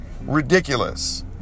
Ridiculous